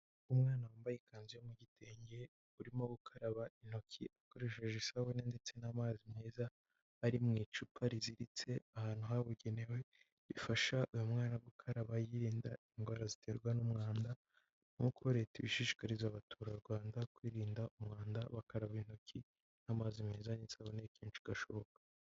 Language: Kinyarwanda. Umwana wambaye ikanzu yo mu gitenge urimo gukaraba intoki akoresheje isabune ndetse n'amazi meza ari mu icupa riziritse ahantu habugenewe bifasha uyu mwana gukaraba yirinda indwara ziterwa n'umwanda, nkuko leta ibishishikariza abaturarwanda kwirinda umwanda bakaraba intoki n'amazi meza n'isabune kenshi gashoboka.